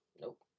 Nope